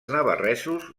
navarresos